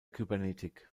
kybernetik